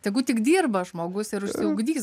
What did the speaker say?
tegu tik dirba žmogus ir išsiugdys galva